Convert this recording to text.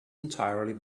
entirely